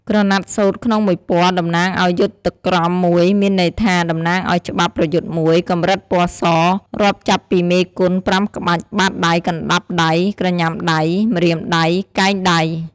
ក្រណាត់សូត្រ ក្នុងមួយពណ៌តំណាងឱ្យយុទ្ធក្រមមួយ មានន័យថាតំណាងឱ្យច្បាប់ប្រយុទ្ធមួយ កម្រិតពណ៌ស រាប់ចាប់ពីមេគុន ៥ក្បាច់ បាតដៃ កណ្ដាប់ដៃ ក្រញាំដៃ ម្រាមដៃ កែងដៃ ។